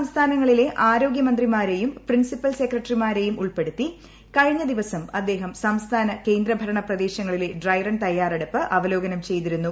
സംസ്ഥാന ആരോഗൃമന്ത്രിമാരെയും പ്രിൻസിപ്പൽ സെക്രട്ടറിമാരെയും ഉൾപ്പെടുത്തി കഴിഞ്ഞദിവസം അദ്ദേഹം സംസ്ഥാന കേന്ദ്രഭരണ പ്രദേശങ്ങളുടെ ്രൈറൺ തയ്യാറെടുപ്പ് അവലോകനം ചെയ്തിരുന്നു